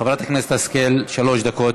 חברת הכנסת השכל, שלוש דקות.